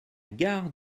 gare